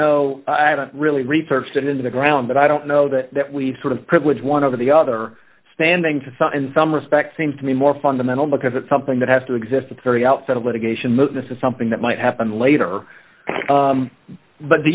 know i don't really researched it in the ground but i don't know that that we've sort of privilege one over the other standings in some respects seems to me more fundamental because it's something that has to exist at the very outset of litigation this is something that might happen later but do